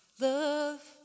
Love